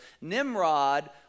Nimrod